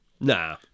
Nah